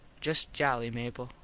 just jolly, mable,